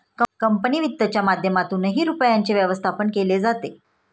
company वित्तच्या माध्यमातूनही रुपयाचे व्यवस्थापन केले जाते